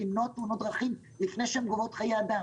למנוע תאונות דרכים לפני שהן גובות חיי אדם?